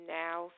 now